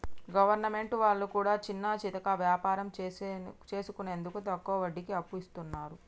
government వాళ్లు కూడా చిన్నాచితక వ్యాపారం చేసుకునేందుకు తక్కువ వడ్డీకి అప్పు ఇస్తున్నరు